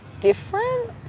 different